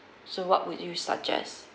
so what would you suggest